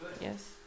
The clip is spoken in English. Yes